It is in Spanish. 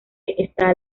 está